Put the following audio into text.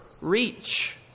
reach